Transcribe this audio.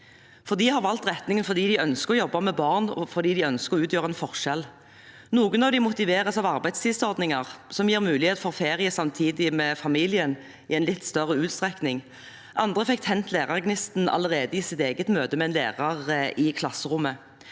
De har valgt retningen fordi de ønsker å jobbe med barn, og fordi de ønsker å utgjøre en forskjell. Noen av dem motiveres av arbeidstidsordninger som gir mulighet for ferie samtidig med familien i en litt større utstrekning, andre fikk tent lærergnisten allerede i sitt eget møte med en lærer i klasserommet.